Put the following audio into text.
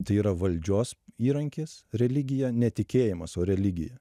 tai yra valdžios įrankis religija netikėjimas o religija